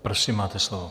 Prosím, máte slovo.